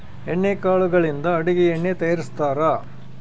ಎಣ್ಣೆ ಕಾಳುಗಳಿಂದ ಅಡುಗೆ ಎಣ್ಣೆ ತಯಾರಿಸ್ತಾರಾ